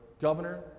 governor